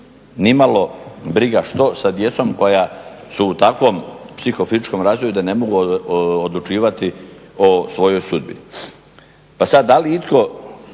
ni malo briga što sa djecom koja su u takvom psihofizičkom razvoju da ne mogu odlučivati o svojoj sudbini. Pa sad da li itko